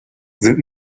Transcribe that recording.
sind